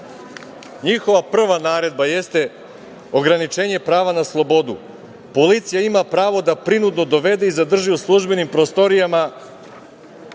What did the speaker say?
Njihova prva naredba jeste ograničenje prava na slobodu - policija ima pravo da prinudno dovede i zadrži u službenim prostorijama